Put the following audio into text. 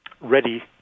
ready